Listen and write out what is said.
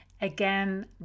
again